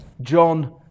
John